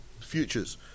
futures